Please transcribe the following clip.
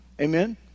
Amen